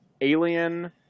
Alien